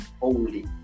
holy